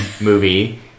movie